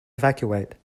evacuate